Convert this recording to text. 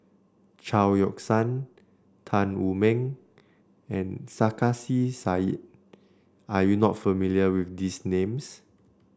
Chao Yoke San Tan Wu Meng and Sarkasi Said are you not familiar with these names